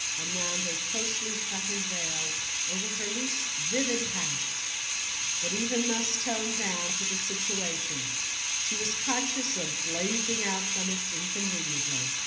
and wound a closely, patterned veil over her least vivid hat but even thus toned down to the situation she was conscious of blazing out from it inconveniently.